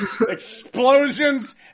explosions